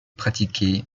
pratiquée